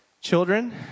children